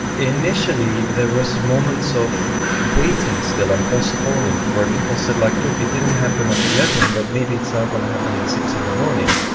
initially there was moments of waiting still and postponing, where people said, like look, it didn't happen at eleven but maybe it's now going to happen at six in the morning.